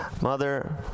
mother